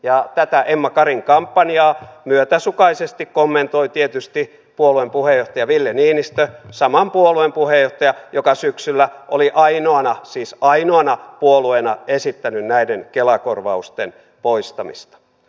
ja tätä emma karin kampanjaa myötäsukaisesti kommentoi tietysti puolueen puheenjohtaja ville niinistö saman puolueen puheenjohtaja joka syksyllä oli ainoana siis ainoana puolueena esittänyt näiden kela korvausten poistamista